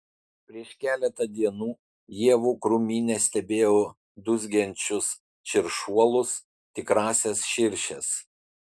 prieš keletą dienų ievų krūmyne stebėjau dūzgiančius širšuolus tikrąsias širšes